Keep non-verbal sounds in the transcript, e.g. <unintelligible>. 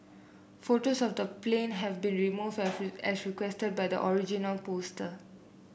photos of the plane have been remove <unintelligible> as requested by the original poster